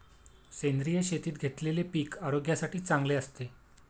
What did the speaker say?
सेंद्रिय शेतीत घेतलेले पीक आरोग्यासाठी चांगले असते